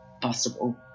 possible